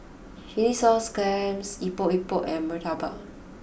Chilli Sauce Clams Epok Epok and Murtabak